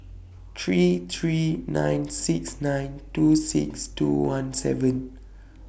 three three nine six nine two six two one seven